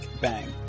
Bang